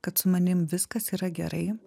kad su manim viskas yra gerai